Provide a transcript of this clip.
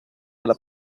della